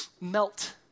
melt